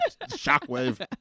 Shockwave